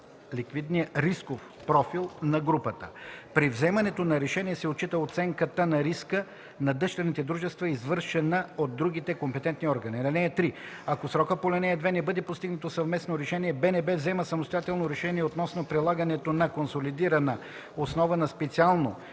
ликвидния рисков профил на групата. При вземането на решение се отчита оценката на риска на дъщерните дружества, извършена от другите компетентни органи. (3) Ако в срока по ал. 2 не бъде постигнато съвместно решение, БНБ взема самостоятелно решение относно прилагането на консолидирана основа на специално